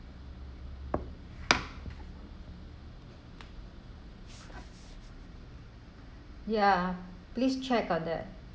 ya please check on that